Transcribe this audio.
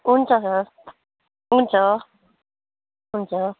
हुन्छ सर हुन्छ हुन्छ